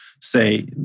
say